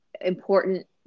important